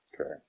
Okay